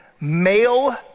male